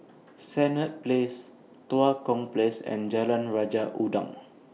Senett Place Tua Kong Place and Jalan Raja Udang